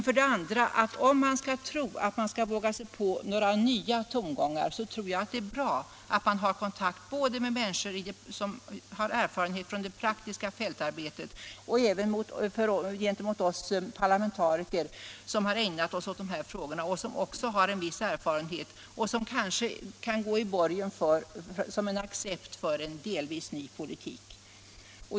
För det andra: Om man skall våga sig på några nya tongångar tror jag att det är bra att ha kontakt både med människor som har erfarenhet från det praktiska fältarbetet och med oss parlamentariker som har ägnat oss åt de här frågorna och därför också har en viss erfarenhet och som kanske kan gå i borgen för en accept av en delvis ny politik.